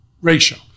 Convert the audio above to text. ratio